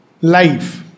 life